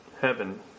heaven